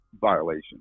violation